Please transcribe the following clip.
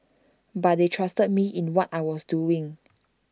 but they trusted me in what I was doing